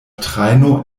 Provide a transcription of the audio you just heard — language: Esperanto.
trajno